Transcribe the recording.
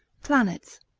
planets,